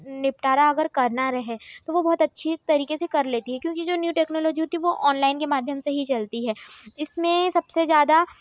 निपटारा अगर करना रहे तो वो बहोत अच्छी तरीके से कर लेती है क्योंकि जो न्यू टेक्नोलॉजी होती है वो ऑनलाइन के माध्यम से ही चलती है इसमें सबसे ज़्यादा